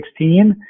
2016